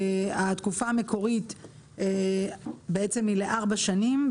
התקופה המקורית היא לארבע שנים,